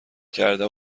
کرده